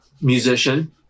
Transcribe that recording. musician